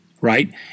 right